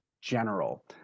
general